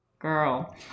girl